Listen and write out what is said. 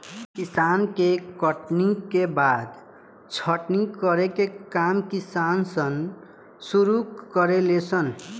फसल के कटनी के बाद छटनी करे के काम किसान सन शुरू करे ले सन